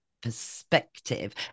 perspective